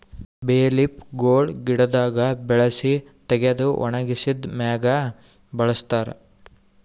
ಬೇ ಲೀಫ್ ಗೊಳ್ ಗಿಡದಾಗ್ ಬೆಳಸಿ ತೆಗೆದು ಒಣಗಿಸಿದ್ ಮ್ಯಾಗ್ ಬಳಸ್ತಾರ್